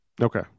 Okay